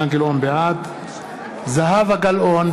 בעד זהבה גלאון,